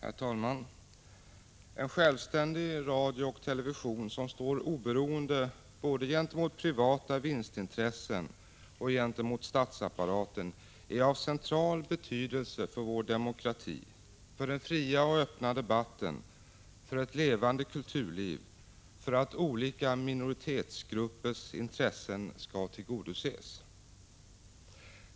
Herr talman! En självständig radio och television som står oberoende både gentemot privata vinstintressen och gentemot statsapparaten är av central betydelse för vår demokrati, för den fria och öppna debatten, för ett levande kulturliv samt för att olika minoritetsgruppers intressen skall tillgodoses.